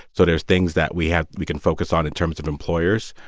so there's things that we have we can focus on in terms of employers.